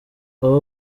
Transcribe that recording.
aba